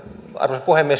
arvoisa puhemies